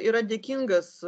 yra dėkingas